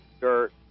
Dirt